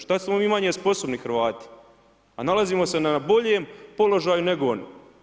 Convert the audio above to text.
Šta smo mi manje sposobni Hrvat a nalazimo se na boljem položaju nego oni?